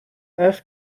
earth